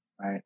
right